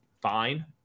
fine